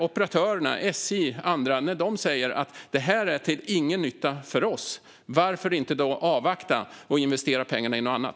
Operatörerna - SJ och andra - säger att detta inte är till någon nytta för dem. Varför inte då avvakta och investera pengarna i något annat?